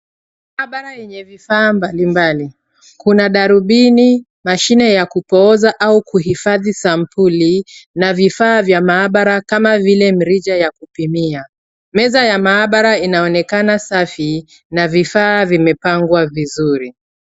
Maabara yenye vifaa mbalimbali. Kuna darubini, mashine ya kupooza au kuhifadhi sampuli na vifaa vya maabara kama vile mrija ya kupimia. Meza ya maabara inaonekana safi na vifaa vimepangwa vizuri.